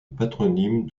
patronyme